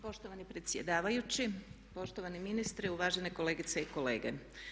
Poštovani predsjedavajući, poštovani ministre, uvažene kolegice i kolege.